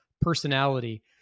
personality